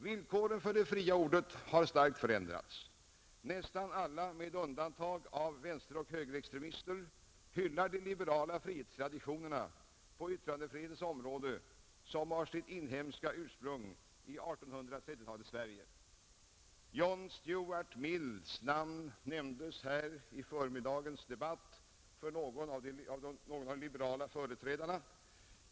Villkoren för det fria ordet har starkt förändrats. Nästan alla — med undantag av vänsteroch högerextremister — hyllar de liberala frihetstraditionerna på yttrandefrihetens område som har sitt inhemska ursprung i 1830-talets Sverige. John Stuart Mills namn nämndes här under förmiddagens debatt av någon av de liberala företrädarna.